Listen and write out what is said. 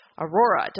Aurora